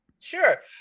Sure